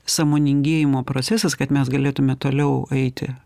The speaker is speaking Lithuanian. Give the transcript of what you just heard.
sąmoningėjimo procesas kad mes galėtume toliau eiti